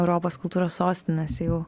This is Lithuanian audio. europos kultūros sostinės jau